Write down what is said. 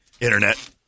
Internet